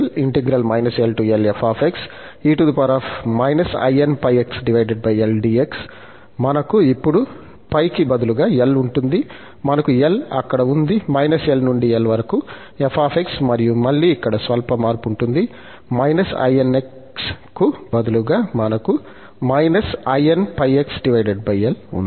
మరియు మనకు ఇప్పుడు π కి బదులుగా L ఉంటుంది మనకు L అక్కడ ఉంది −L నుండి L వరకు f మరియు మళ్ళీ ఇక్కడ స్వల్ప మార్పు ఉంటుంది −inx కు బదులుగా మనకు -inπxL ఉంది